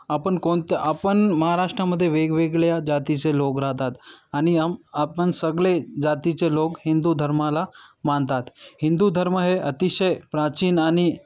आपण कोणत्या आपण महाराष्ट्रामध्ये वेगवेगळ्या जातीचे लोक राहतात आणि आपण सगळे जातीचे लोक हिंदू धर्माला मानतात हिंदू धर्म हे अतिशय प्राचीन आणि